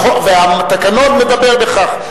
והתקנון מדבר בכך.